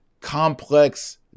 complex